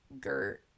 Gert